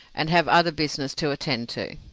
and have other business to attend to.